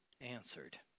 answered